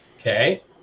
Okay